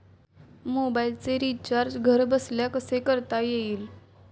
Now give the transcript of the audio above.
मोबाइलचे रिचार्ज घरबसल्या कसे करता येईल?